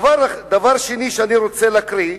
דבר שני, אני רוצה להקריא,